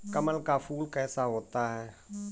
कमल का फूल कैसा होता है?